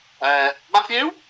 Matthew